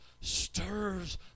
stirs